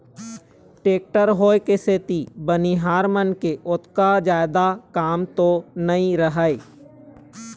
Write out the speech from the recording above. tractor होय के सेती बनिहार मन के ओतका जादा काम तो नइ रहय